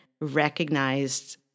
recognized